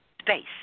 space